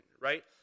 right